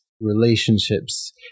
relationships